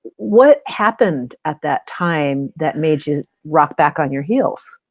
what happened at that time that made you rock back on your heels?